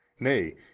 Nay